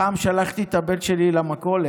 פעם שלחתי את הבן שלי למכולת